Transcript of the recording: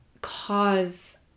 cause